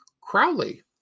Crowley